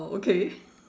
oh okay